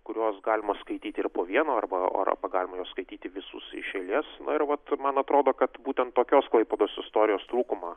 kuriuos galima skaityti ir po vieną arba arba galima juos skaityti visus iš eilės ir vat man atrodo kad būtent tokios klaipėdos istorijos trūkumą